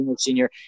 senior